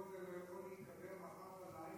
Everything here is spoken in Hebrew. וכל זה לא יכול להיקבר מחר בלילה,